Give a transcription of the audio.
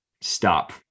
stop